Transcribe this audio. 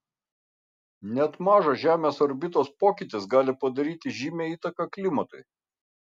net mažas žemės orbitos pokytis gali padaryti žymią įtaką klimatui